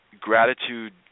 gratitude